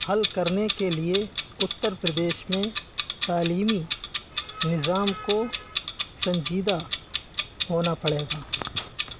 حل کرنے کے لیے اتّر پردیش میں تعلیمی نظام کو سنجیدہ ہونا پڑے گا